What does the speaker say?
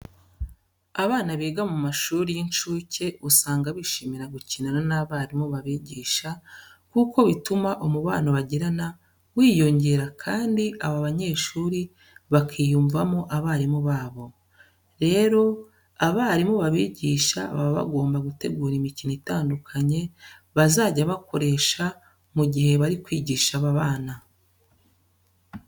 Abana biga mu mashuri y'incuke usanga bishimira gukinana n'abarimu babigisha kuko bituma umubano bagirana wiyongera kandi aba banyeshuri bakiyumvamo abarimu babo. Rero, abarimu babigisha baba bagomba gutegura imikino itandukanye bazajya bakoresho mu gihe bari kwigisha aba bana.